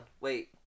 Wait